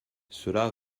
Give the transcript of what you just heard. cela